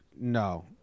No